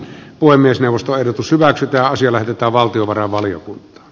puhemiesneuvosto ehdotus hyväksytään sillä että valtiovarainvalion